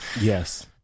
yes